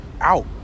out